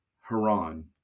haran